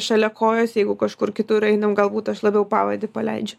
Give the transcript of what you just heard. šalia kojos jeigu kažkur kitur einam galbūt aš labiau pavadį paleidžiu